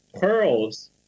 pearls